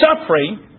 suffering